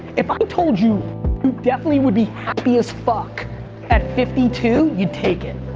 if i told you, you definitely would be happy as fuck at fifty two, you'd take it.